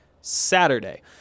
Saturday